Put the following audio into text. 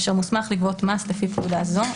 אשר מוסמך לגבות מס לפי פקודה זו,